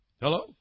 Hello